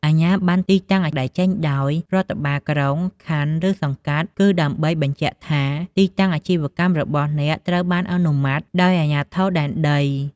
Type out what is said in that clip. អាជ្ញាប័ណ្ណទីតាំង ដែលចេញដោយ រដ្ឋបាលក្រុង ខណ្ឌ ឬសង្កាត់ គឺដើម្បីបញ្ជាក់ថា ទីតាំងអាជីវកម្ម របស់អ្នកត្រូវបាន អនុម័ត ដោយ អាជ្ញាធរដែនដី។